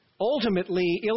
ultimately